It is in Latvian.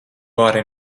vari